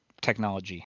technology